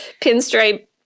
pinstripe